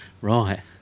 Right